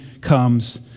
comes